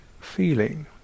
feeling